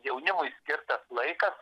jaunimui skirtas laikas